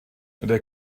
der